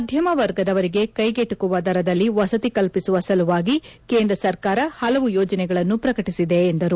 ಮಧ್ಯಮವರ್ಗದವರಿಗೆ ಕೈಗೆಟಕುವ ದರದಲ್ಲಿ ವಸತಿ ಕಲ್ಪಿಸುವ ಸಲುವಾಗಿ ಕೇಂದ್ರ ಸರ್ಕಾರ ಹಲವು ಯೋಜನೆಗಳನ್ನು ಪ್ರಕಟಿಸಿದೆ ಎಂದರು